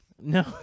No